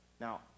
Now